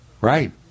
Right